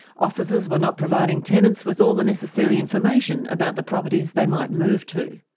officers were not providing tenants with all the necessary information about the properties they might move to.